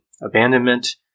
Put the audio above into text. abandonment